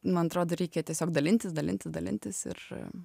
man atrodo reikia tiesiog dalintis dalinti dalintis ir